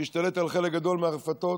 שהשתלט על חלק גדול מהרפתות,